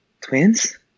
Twins